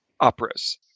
operas